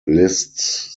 lists